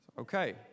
Okay